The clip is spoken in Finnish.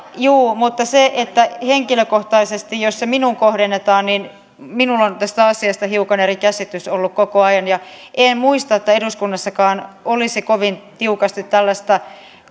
jos se minuun henkilökohtaisesti kohdennetaan niin minulla on tästä asiasta hiukan eri käsitys ollut koko ajan ja en muista että eduskunnassakaan olisi kovin tiukasti tällaista